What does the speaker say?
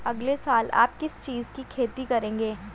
अगले साल आप किस चीज की खेती करेंगे?